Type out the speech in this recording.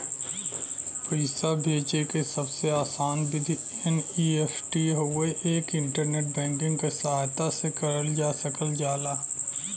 पैसा भेजे क सबसे आसान विधि एन.ई.एफ.टी हउवे एके इंटरनेट बैंकिंग क सहायता से करल जा सकल जाला